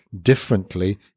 differently